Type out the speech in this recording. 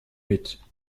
mit